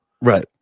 right